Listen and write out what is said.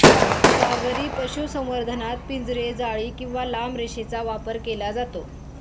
सागरी पशुसंवर्धनात पिंजरे, जाळी किंवा लांब रेषेचा वापर केला जातो